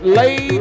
lay